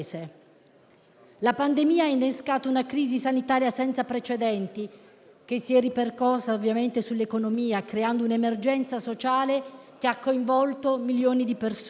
La pandemia ha innescato una crisi sanitaria senza precedenti, che si è ovviamente ripercossa sull'economia, creando un'emergenza sociale che ha coinvolto milioni di persone.